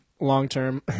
long-term